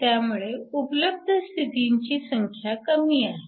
त्यामुळे उपलब्ध स्थितीची संख्या कमी आहे